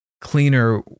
cleaner